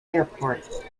airport